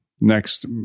next